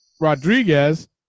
Rodriguez